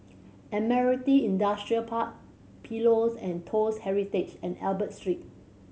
Admiralty Industrial Park Pillows and Toast Heritage and Albert Street